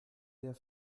der